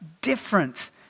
different